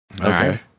Okay